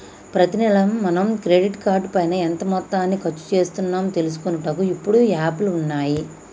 ప్రతి నెల మనం క్రెడిట్ కార్డు పైన ఎంత మొత్తాన్ని ఖర్చు చేస్తున్నాము తెలుసుకొనుటకు ఇప్పుడు యాప్లు ఉన్నాయి